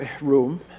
room